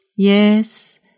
Yes